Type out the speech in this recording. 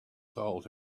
told